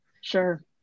Sure